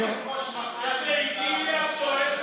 איזה אידיליה פה.